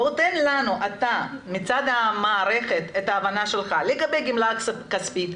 תן לנו אתה מצד המערכת את ההבנה שלך לגבי גימלה כספית,